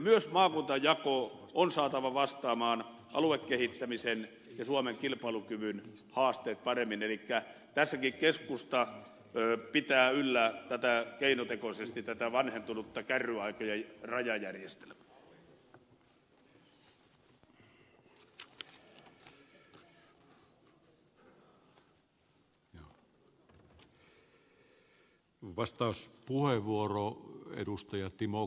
myös maakuntajako on saatava vastaamaan aluekehittämisen ja suomen kilpailukyvyn haasteisiin paremmin elikkä tässäkin keskusta pitää yllä keinotekoisesti tätä vanhentunutta kärryaika ja rajajärjestelmää